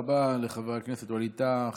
לחבר הכנסת ווליד טאהא.